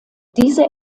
diese